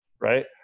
Right